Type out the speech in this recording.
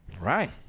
Right